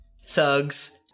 thugs